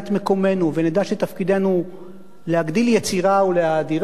מקומנו ונדע שתפקידנו להגדיל יצירה ולהאדירה,